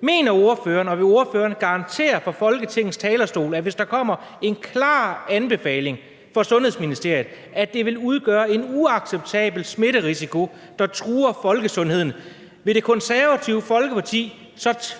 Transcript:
forbundet hermed.« Vil ordføreren garantere fra Folketingets talerstol, at hvis der kommer en klar advarsel fra Sundhedsministeriet om, at det vil udgøre en uacceptabel smitterisiko, der truer folkesundheden, så vil Det Konservative Folkeparti